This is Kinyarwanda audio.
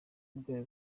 rwenya